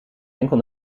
enkel